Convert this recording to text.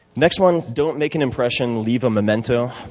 next one don't make an impression, leave a memento.